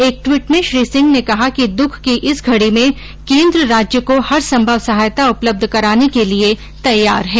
एक ट्वीट में श्री सिंह ने कहा कि दुख की इस घड़ी में केंद्र राज्य को हरसंभव सहायता उपलब्ध कराने के लिए तैयार है